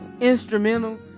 instrumental